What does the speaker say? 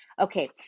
okay